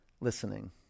listening